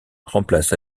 remplace